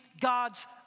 God's